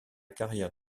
carrière